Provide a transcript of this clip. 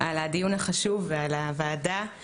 על הדיון החשוב ועל הוועדה.